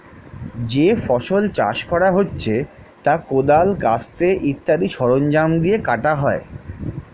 যে ফসল চাষ করা হচ্ছে তা কোদাল, কাস্তে ইত্যাদি সরঞ্জাম দিয়ে কাটা হয়